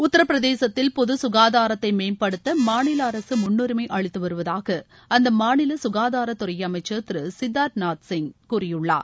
உத்தரப்பிரதேசத்தில் பொது குகாதாரத்தை மேம்படுத்த மாநில அரசு முன்னுரிமை அளித்துவருவதாக அந்த மாநில சுகாதாரத்துறை அமைச்சா் திரு சித்தார்த்நாத் சிங் எஸ்சோ கூறியுள்ளார்